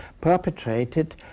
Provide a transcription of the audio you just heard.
perpetrated